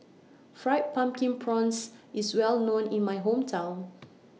Fried Pumpkin Prawns IS Well known in My Hometown